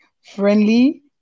friendly